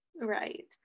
right